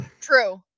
True